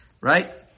Right